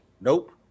Nope